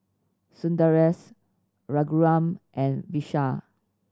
Sundaresh Raghuram and Vishal